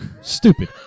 stupid